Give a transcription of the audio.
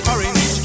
Orange